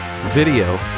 video